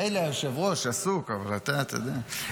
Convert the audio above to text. מילא, היושב-ראש עסוק, אבל אתה, אתה יודע.